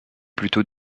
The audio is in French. plutôt